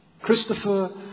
Christopher